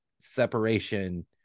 separation